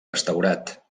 restaurat